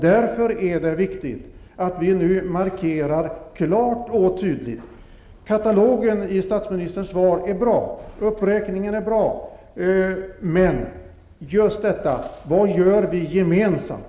Därför är det viktigt att vi nu markerar klart och tydligt. Katalogen i statsministerns svar är bra. Uppräkningen är bra. Men vad gör vi gemensamt?